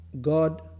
God